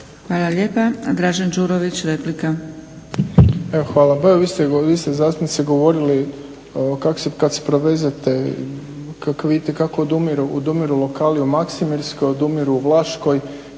**Đurović, Dražen (HDSSB)** Hvala. Vi ste zastupnice govorili kada se provezete kako vidite kako odumiru lokali u Maksimirskoj, odumiru u Vlaškoj.